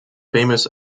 famous